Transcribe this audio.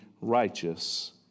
righteous